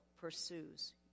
pursues